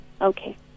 Okay